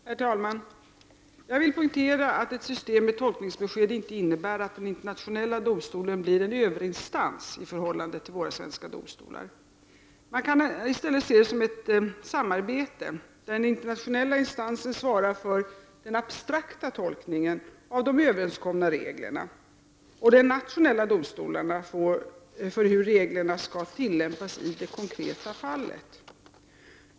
Herr talman! Jag vill poängtera att ett system med tolkningsbesked inte innebär att den internationella domstolen blir en överinstans i förhållande till våra svenska domstolar. Man kan i stället se det som ett samarbete, där den internationella instansen svarar för den abstrakta tolkningen av de överenskomna reglerna och de nationella domstolarna svarar för hur reglerna skall tillämpas i det konkreta fallet.